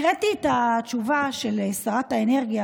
הקראתי את התשובה של שרת האנרגיה,